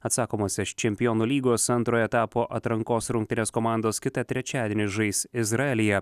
atsakomosias čempionų lygos antrojo etapo atrankos rungtynes komandos kitą trečiadienį žais izraelyje